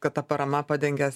kad ta parama padengia